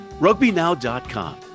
RugbyNow.com